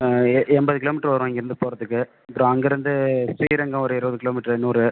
எ எண்பது கிலோமீட்ரு வரும் இங்கேருந்து போகிறதுக்கு அப்புறம் அங்கேருந்து ஸ்ரீரங்கம் ஒரு இருபது கிலோமீட்ரு நூறு